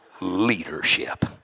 Leadership